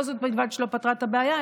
לא זו בלבד שלא פתרה את הבעיה,